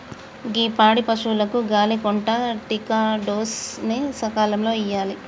గీ పాడి పసువులకు గాలి కొంటా టికాడోస్ ని సకాలంలో ఇయ్యాలి